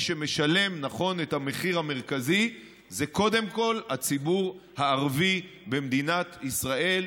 מי שמשלם את המחיר המרכזי זה קודם כול הציבור הערבי במדינת ישראל,